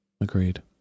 agreed